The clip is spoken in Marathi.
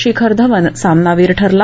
शिखर धवन सामनावीर ठरला